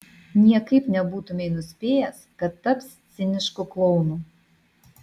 niekaip nebūtumei nuspėjęs kad taps cinišku klounu